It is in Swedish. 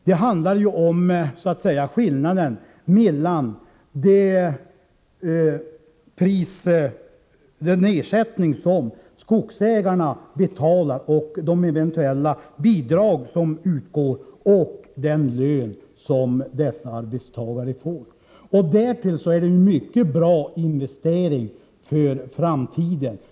Det handlar om skillnaden mellan den ersättning som skogsägarna betalar plus de eventuella bidrag som åtgår och den lön som arbetstagarna får. Därtill är det en mycket bra investering för framtiden.